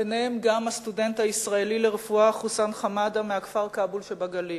וביניהם גם הסטודנט הישראלי לרפואה חוסיין חמאדה מהכפר כאבול שבגליל,